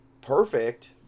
perfect